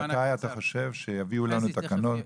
מתי אתה חושב שיביאו לנו תקנות?